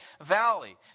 valley